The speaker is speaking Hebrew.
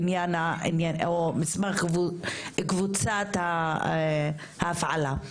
או מסמך קבוצת ההפעלה,